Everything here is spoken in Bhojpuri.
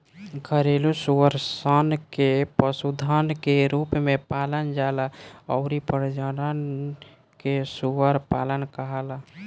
घरेलु सूअर सन के पशुधन के रूप में पालल जाला अउरी प्रजनन के सूअर पालन कहाला